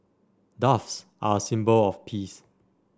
doves are a symbol of peace